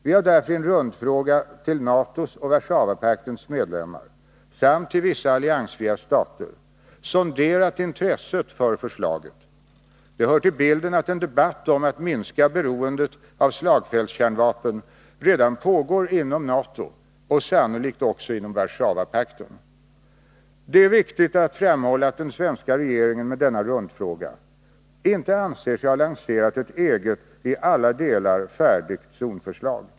Vi har därför i en rundfråga till NATO:s och Warszawapaktens medlemmar samt till vissa alliansfria stater sonderat intresset för förslaget. Det hör till bilden att en debatt om att minska beroendet av slagfältskärnvapen redan pågår inom NATO och sannolikt också inom Warszawapakten. Det är viktigt att framhålla att den svenska regeringen med denna rundfråga inte anser sig ha lanserat ett eget i alla delar färdigt zonförslag.